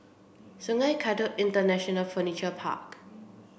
Sungei Kadut International Furniture Park